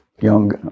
young